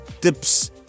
tips